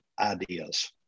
ideas